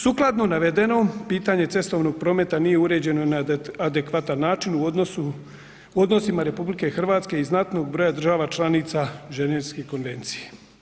Sukladno navedenom pitanje cestovnog prometa nije uređeno na adekvatan način u odnosima RH i znatnog broja država članica Ženevske konvencije.